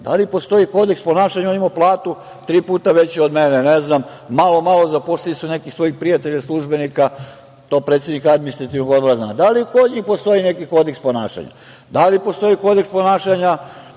Da li postoji kodeks ponašanja? On ima platu tri puta veću od mene. Malo, malo, zaposlili su nekih svojih prijatelja službenika. To predsednik Administrativnog odbora zna. Da li kod njih postoji neki kodeks ponašanja? Da li postoji kodeks ponašanja